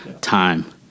Time